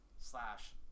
Slash